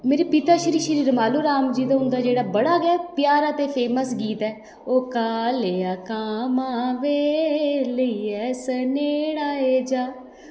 ते मतलब पिता श्री श्री रोमालो राम जी होंदा बड़ा गै प्यारका ते फेमस गीत ऐ ओह् कालेआ कामां बे लेइयै सनेह्ड़ा जा